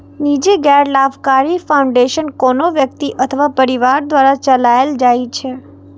निजी गैर लाभकारी फाउंडेशन कोनो व्यक्ति अथवा परिवार द्वारा चलाएल जाइ छै